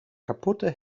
kaputte